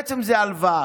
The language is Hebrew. בעצם זו הלוואה.